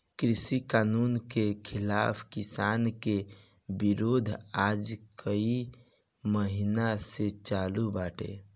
कृषि कानून के खिलाफ़ किसान के विरोध आज कई महिना से चालू बाटे